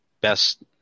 best